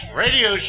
radio